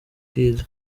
kid